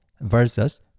versus